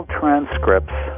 transcripts